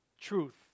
truth